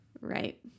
right